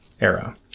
era